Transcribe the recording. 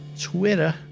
twitter